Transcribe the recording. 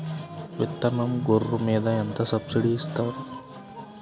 విత్తనం గొర్రు మీద ఎంత సబ్సిడీ ఇస్తారు?